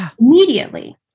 immediately